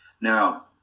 Now